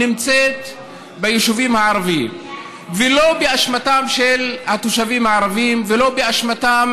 נמצאת ביישובים הערביים לא באשמתם של התושבים הערבים ולא באשמתם